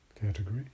category